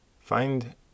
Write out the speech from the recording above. Find